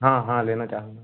हाँ हाँ लेना चाहूँगा